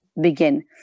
begin